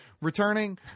returning